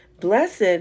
Blessed